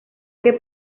que